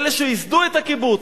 אלה שייסדו את הקיבוץ,